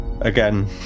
again